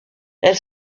elle